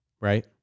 Right